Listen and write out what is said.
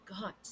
God